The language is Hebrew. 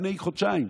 לפני חודשיים,